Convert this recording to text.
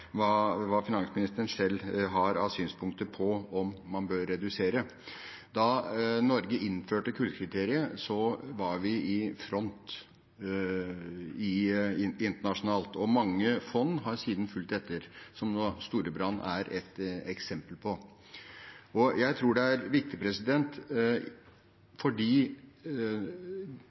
hva finansministeren selv har av synspunkter på om man bør redusere. Da Norge innførte kullkriteriet, var vi i front internasjonalt, og mange fond har siden fulgt etter, som Storebrand nå er et eksempel på. Jeg tror dette er viktig,